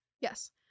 Yes